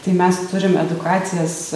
tai mes turim edukacijas